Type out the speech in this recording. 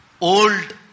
old